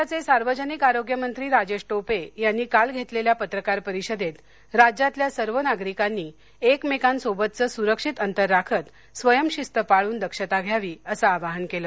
राज्याचे सार्वजनिक आरोग्यमंत्री राजेश टोपे यांनी काल घेतलेल्या पत्रकार परिषदेत राज्यातल्या सर्व नागरिकांनी एकमेकांसोबतचं सुरक्षित अंतर राखत स्वयंशिस्त पाळून दक्षता घ्यावी असं आवाहन केलं